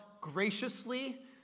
graciously